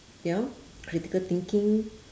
you know critical thinking